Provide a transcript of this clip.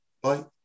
bye